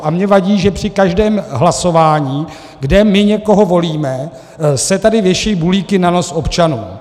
A mě vadí, že při každém hlasování, kde my někoho volíme, se tady věší bulíky na nos občanů.